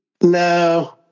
No